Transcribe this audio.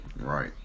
Right